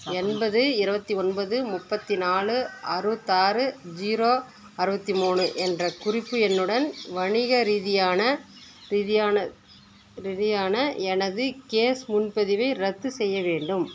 எண்பது இருவத்தி ஒன்பது முப்பத்தி நாலு அறுபத்தாறு ஜீரோ அறுபத்தி மூணு என்ற குறிப்பு எண்ணுடன் வணிக ரீதியான ரீதியான ரீதியான எனது கேஸ் முன்பதிவை ரத்து செய்ய வேண்டும்